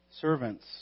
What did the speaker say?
Servants